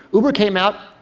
uber came out,